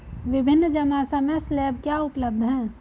विभिन्न जमा समय स्लैब क्या उपलब्ध हैं?